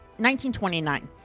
1929